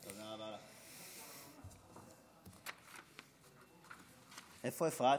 איפה אפרת?